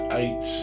eight